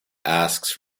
asks